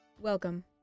Welcome